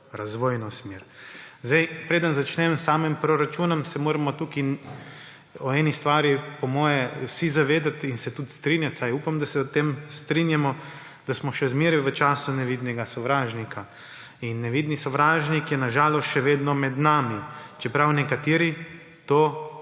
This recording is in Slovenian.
razvojno smer. Preden začnem s samim proračunom, se moramo tukaj o eni vsi zavedati in se tudi strinjati. Vsaj upam, da se o tem strinjamo, da smo še vedno v času nevidnega sovražnika. Nevidni sovražnik je na žalost še vedno med nami, čeprav nekateri na